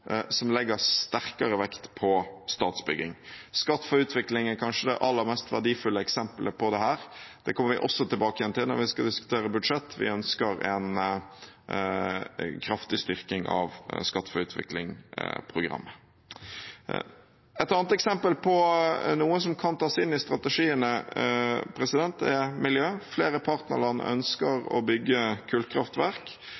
som legger sterkere vekt på statsbygging. Skatt for utvikling er kanskje det aller mest verdifulle eksemplet på dette. Det kommer vi også tilbake til når vi skal diskutere budsjett – vi ønsker en kraftig styrking av skatt for utvikling-programmet. Et annet eksempel på noe som kan tas inn i strategiene, er miljø. Flere partnerland